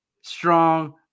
strong